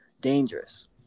dangerous